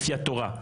לפי התורה.